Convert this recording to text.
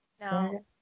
No